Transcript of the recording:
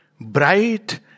bright